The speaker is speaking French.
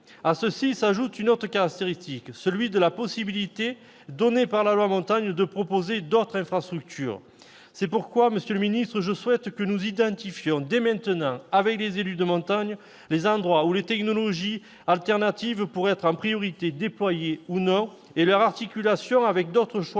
À cela s'ajoute une autre caractéristique : la possibilité donnée par la loi Montagne de proposer d'autres infrastructures. C'est pourquoi, monsieur le secrétaire d'État, je souhaite que nous identifiions dès maintenant avec les élus de montagne les endroits où les technologies alternatives pourraient être en priorité déployées ou non et leur articulation avec d'autres choix